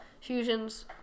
Fusions